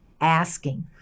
asking